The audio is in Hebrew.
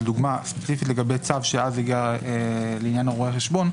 לדוגמה ספציפית שאז הגיע לעניין רואי החשבון,